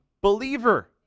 believer